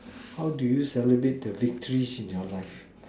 how do you celebrate the victories in your life